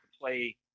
play